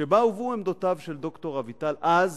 שבה הובאו עמדותיו של ד"ר אביטל אז